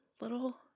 little